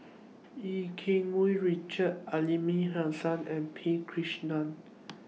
EU Keng Mun Richard Aliman Hassan and P Krishnan